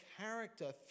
character